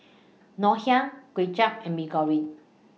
Ngoh Hiang Kuay Chap and Mee Goreng